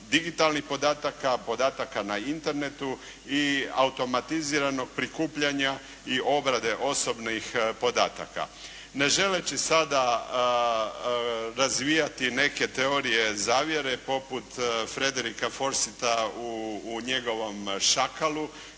digitalnih podataka, podataka na Internetu i automatiziranog prikupljanja i obrade osobnih podataka. Ne želeći sada razvijati neke teorije zavjere poput Frederica Forseta u njegovom "Šakalu"